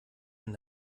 wenn